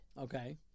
Okay